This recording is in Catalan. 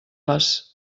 les